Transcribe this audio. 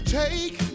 take